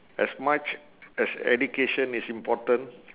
as much as education is important